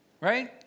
right